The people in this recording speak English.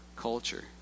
culture